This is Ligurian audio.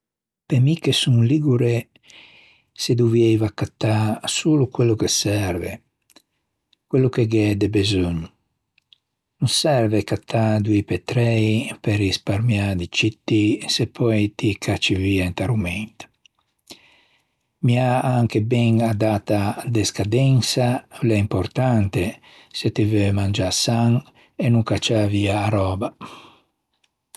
Pe mi che son ligure se dovieiva accattâ solo quello che serve, quello che gh'é de beseugno. No serve cattâ doî pe trei pe risparmiâ di citti se poi ti î cacci via inta rumenta. Miâ anche ben a data de scadensa l'é importante se ti veu mangiâ san e no cacciâ via a röba.